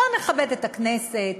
בואו נכבד את הכנסת,